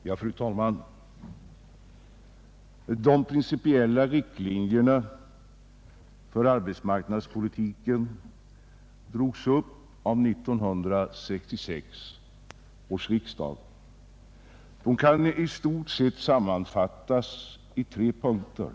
Fru talman! De principiella riktlinjerna för arbetsmarknadspolitiken drogs upp av 1966 års riksdag. De kan i stort sett sammanfattas i tre punkter.